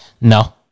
No